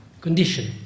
condition